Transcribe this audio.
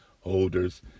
holders